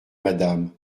madame